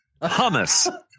Hummus